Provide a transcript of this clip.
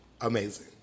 amazing